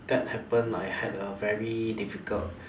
that happened I had a very difficult